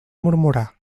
murmurar